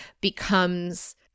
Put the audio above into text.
becomes